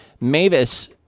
Mavis